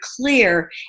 clear